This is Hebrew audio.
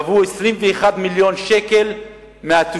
רק ב-2009 גבו 21 מיליון שקל מהתושבים.